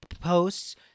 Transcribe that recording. posts